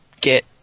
get